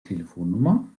telefonnummer